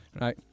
Right